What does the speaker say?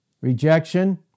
Rejection